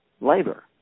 labor